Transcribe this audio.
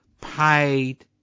paid